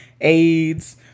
AIDS